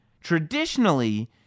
traditionally